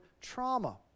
trauma